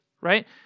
right